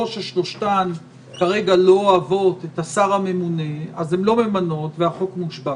או ששלושתם כרגע לא אוהבות את השר הממונה אז הן לא ממנות והחוק מושבת.